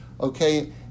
Okay